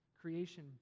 creation